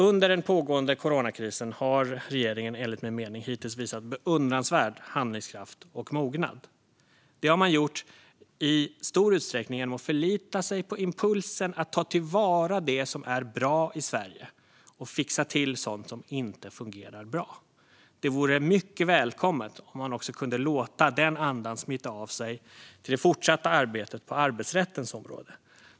Under den pågående coronakrisen har regeringen enligt min mening hittills visat beundransvärd handlingskraft och mognad. Det har man i stor utsträckning gjort genom att förlita sig på impulsen att ta till vara det som är bra i Sverige och fixa till sådant som inte fungerar bra. Det vore mycket välkommet om man kunde låta denna anda smitta av sig på det fortsatta arbetet på arbetsrättens områden.